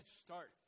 start